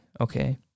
Okay